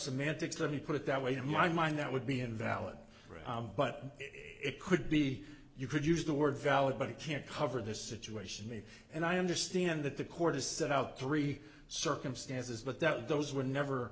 semantics let me put it that way in my mind that would be invalid but it could be you could use the word valid but it can't cover this situation me and i understand that the court has set out three circumstances but that those were never